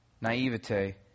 naivete